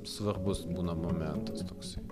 svarbus būna momentas toksai